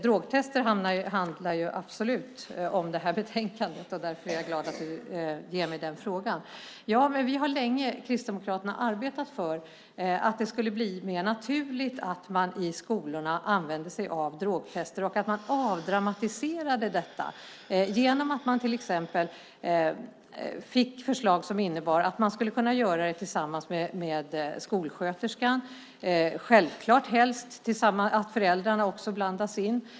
Drogtester handlar absolut om detta betänkande, och därför är jag glad att du ger mig den frågan. Kristdemokraterna har länge arbetat för att det ska bli mer naturligt att i skolorna använda sig av drogtester och att man avdramatiserar detta till exempel genom förslag om att man ska kunna göra det tillsammans med skolsköterskan. Självklart ska helst också föräldrarna blandas in.